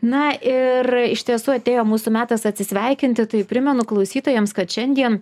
na ir iš tiesų atėjo mūsų metas atsisveikinti tai primenu klausytojams kad šiandien